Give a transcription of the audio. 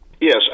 Yes